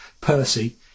Percy